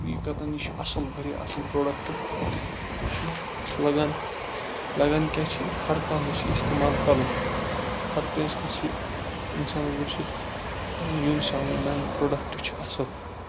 حَقیقَتاً یہِ چھُ اصل واریاہ اصل پروڈَکٹ یہِ چھُ لَگان لَگان کیاہ چھُ یہِ ہر کانٛہہ گوٚژھ یہِ اِستعمال کَرُن ہر کٲنٛسہِ گوٚژھ یہِ اِنسانَس گوٚژھ یہِ یُن سمج نَہ یہِ پروڈَکٹ چھُ اصل